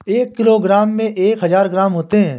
एक किलोग्राम में एक हज़ार ग्राम होते हैं